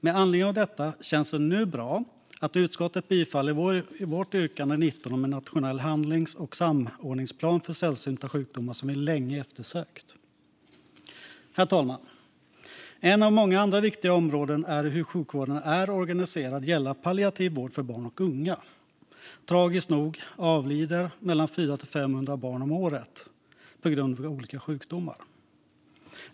Med anledning av detta känns det nu bra att utskottet tillstyrker vårt yrkande 19 om en nationell handlings och samordningsplan för sällsynta sjukdomar, något som vi länge efterfrågat. Herr talman! Ett av många andra viktiga områden är hur sjukvården är organiserad när det gäller palliativ vård för barn och unga. Tragiskt nog avlider mellan 400 och 500 barn om året på grund av olika sjukdomar.